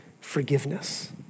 forgiveness